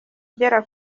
igera